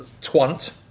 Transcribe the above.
twant